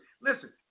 Listen